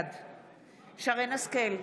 בעד שרן מרים השכל,